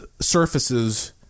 surfaces